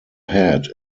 head